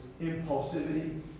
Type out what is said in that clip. impulsivity